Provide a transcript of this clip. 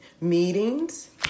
meetings